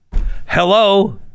hello